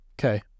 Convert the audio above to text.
Okay